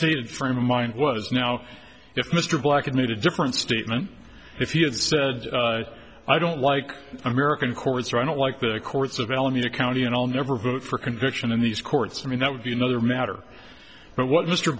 stated frame of mind was now if mr blair it made a different statement if he had said i don't like american courts i don't like the courts of alameda county and i'll never vote for conviction in these courts i mean that would be another matter but what mr